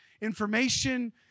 information